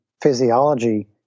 physiology